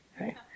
right